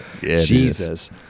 Jesus